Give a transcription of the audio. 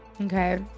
Okay